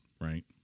right